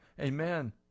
Amen